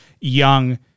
young